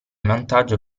vantaggio